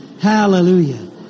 Hallelujah